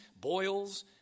boils